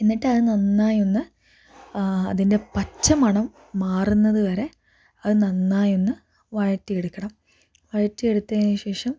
എന്നിട്ട് അത് നന്നായി ഒന്ന് അതിൻ്റെ പച്ച മണം മാറുന്നത് വരെ അത് നന്നായി ഒന്ന് വഴറ്റി എടുക്കണം വഴറ്റി എടുത്തതിന് ശേഷം